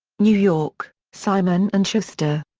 new york simon and schuster.